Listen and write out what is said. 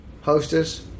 hostess